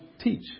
teach